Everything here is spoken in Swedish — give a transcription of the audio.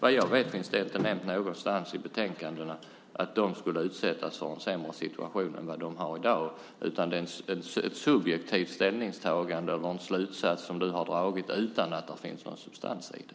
Vad jag vet finns det inte nämnt någonstans i betänkandet att de skulle få en sämre situation än vad de har i dag. Det är ett subjektivt ställningstagande och en slutsats som du har dragit utan att det finns någon substans i det.